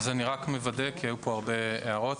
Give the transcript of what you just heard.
אני רק מוודא כי היו פה הרבה הערות.